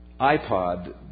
iPod